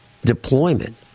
deployment